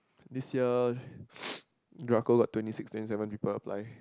this year we are go lot to need sixteen seven people apply